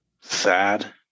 sad